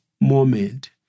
moment